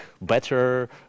better